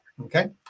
okay